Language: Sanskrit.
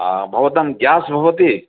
भवतां गेस् भवति